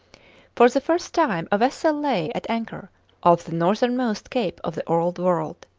for the first time a vessel lay at anchor off the northernmost cape of the old world.